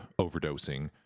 overdosing